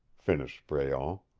finished breault.